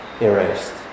erased